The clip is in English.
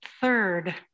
third